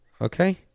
okay